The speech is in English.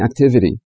activity